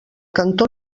cantó